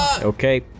Okay